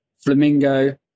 Flamingo